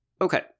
okay